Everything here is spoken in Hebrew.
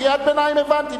קריאת ביניים הבנתי,